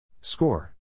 Score